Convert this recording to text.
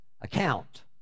account